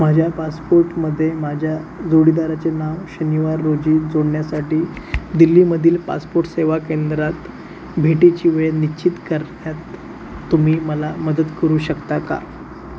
माझ्या पासपोर्टमध्ये माझ्या जोडीदाराचे नाव शनिवार रोजी जोडण्यासाठी दिल्लीमधील पासपोर्ट सेवा केंद्रात भेटीची वेळ निश्चित करण्यात तुम्ही मला मदत करू शकता का